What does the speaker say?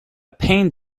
pained